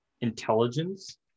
intelligence